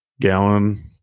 gallon